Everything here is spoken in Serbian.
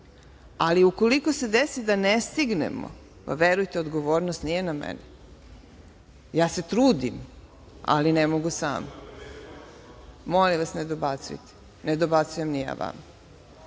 ali ukoliko se desi da ne stignemo, verujte, odgovornost nije na meni. Ja se trudim, ali ne mogu sama. Molim vas ne dobacujte, ne dobacujem ni ja